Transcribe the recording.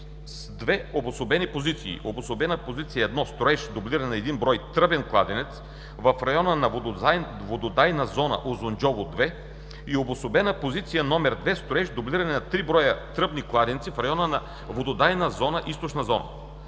обособени позиции: Обособена позиция № 1: строеж „Дублиране на 1 бр. тръбен кладенец в района на вододайна зона „Узунджово ІІ“ и Обособена позиция № 2: строеж „Дублиране на 3 бр. тръбни кладенци в района на вододайна зона „Източна зона“.